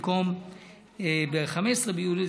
במקום ב-15 ביולי,